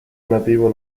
nativo